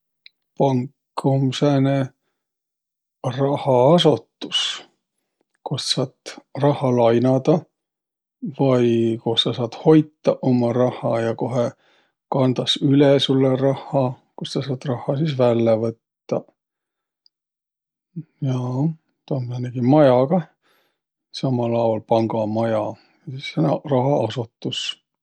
Pank um sääne rahaasotus, kost saat rahha lainadaq vai koh sa saat hoitaq umma rahha ja kohe kandas üle sullõ rahha, kost sa saat rahha sis vällä võttaq. Jaa, taa um määnegi maja kah samal aol, panga maja, ja sis sääne rahaasotus.